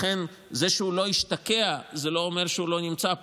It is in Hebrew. זה שהוא לא השתקע, לא אומר שהוא לא נמצא פה.